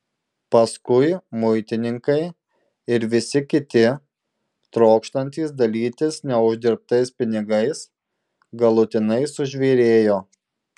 paskui muitininkai ir visi kiti trokštantys dalytis neuždirbtais pinigais galutinai sužvėrėjo